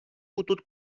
putut